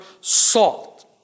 salt